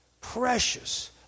Precious